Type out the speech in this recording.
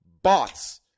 bots